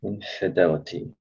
Infidelity